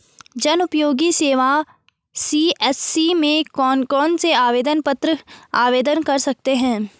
जनउपयोगी सेवा सी.एस.सी में कौन कौनसे आवेदन पत्र आवेदन कर सकते हैं?